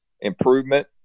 improvement